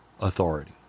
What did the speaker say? authority